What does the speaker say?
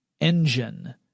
engine